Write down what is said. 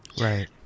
Right